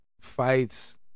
fights